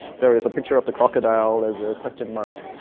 there is a picture of the crocodile. there's a question mark.